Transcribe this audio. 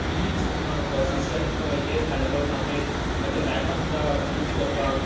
की हीच परसिसटंट किंवा हेच हाड वक हांवेंन म्हज्या लायफान सुद्दा यूज करपा